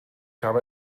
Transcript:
habe